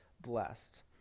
blessed